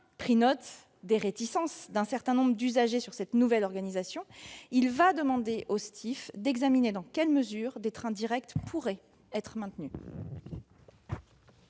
pris note des réticences d'un certain nombre d'usagers sur cette nouvelle organisation. Il va donc demander au STIF d'examiner dans quelle mesure des trains directs pourraient être maintenus.